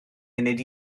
munud